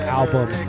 album